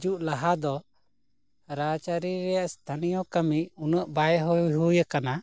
ᱦᱤᱡᱩᱜ ᱞᱟᱦᱟ ᱫᱚ ᱨᱟᱡᱽ ᱟᱹᱨᱤ ᱨᱮᱭᱟᱜ ᱮᱥᱛᱷᱟᱱᱤᱭᱚ ᱠᱟᱹᱢᱤ ᱩᱱᱟᱹᱜ ᱵᱟᱭ ᱦᱩ ᱦᱩᱭ ᱟᱠᱟᱱᱟ